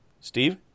Steve